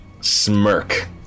smirk